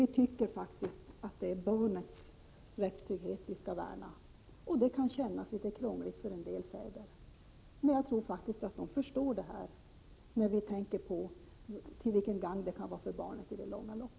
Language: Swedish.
Vi tycker faktiskt att det är barnets rättstrygghet som vi skall värna. Det kan kännas litet krångligt för en del fäder, men jag tror faktiskt att de förstår detta om de tänker på att det kan vara till gagn för barnet i det långa loppet.